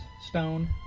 stone